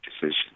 decision